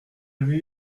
avait